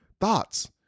thoughts